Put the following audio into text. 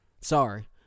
Sorry